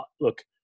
Look